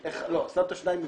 שמת שניים מהליכוד?